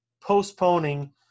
postponing